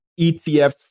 ETFs